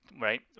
right